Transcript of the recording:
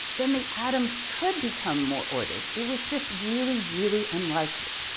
then the atoms could become more ordered. it was just really, really unlikely.